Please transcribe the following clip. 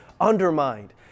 undermined